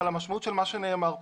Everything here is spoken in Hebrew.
אבל המשמעות של מה שנאמר פה,